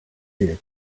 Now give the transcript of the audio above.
dick